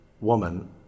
woman